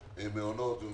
והמעונות.